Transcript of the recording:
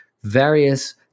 various